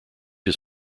his